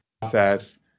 process